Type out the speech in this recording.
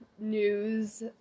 news